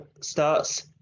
starts